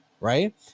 right